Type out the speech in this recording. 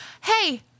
Hey